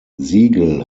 siegel